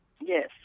Yes